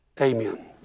Amen